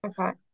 Okay